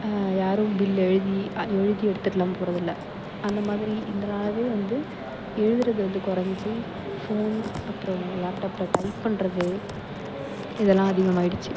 யாரும் பில் எழுதி எழுதி எடுத்துட்டுலாம் போகிறது இல்லை அந்த மாதிரி இதனாலவே வந்து எழுதுகிறது வந்து கொறைஞ்சி ஃபோன் அப்றம் லேப்டாப்பில் டைப் பண்ணுறது இதலாம் அதிகமாயிடுச்சு